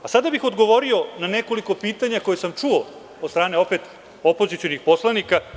Sada bih odgovorio na nekoliko pitanja koja sam čuo od strane opozicionih poslanika.